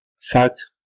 Fact